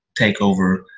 takeover